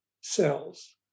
cells